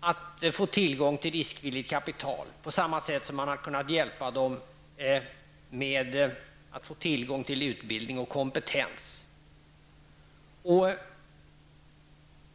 att få tillgång till riskvilligt kapital på samma sätt som de har kunnat hjälpa dem att få tillgång till utbildning och kompetens.